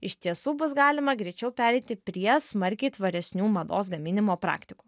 iš tiesų bus galima greičiau pereiti prie smarkiai tvaresnių mados gaminimo praktikų